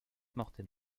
mortem